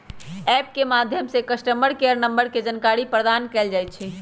app के माध्यम से कस्टमर केयर नंबर के जानकारी प्रदान कएल जाइ छइ